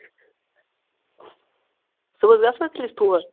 صُبحس گژھوٕ تِیَلہِ اَسۍ تور